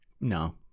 No